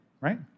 right